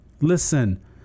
listen